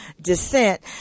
descent